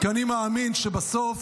כי אני מאמין שבסוף